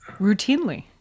Routinely